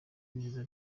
neza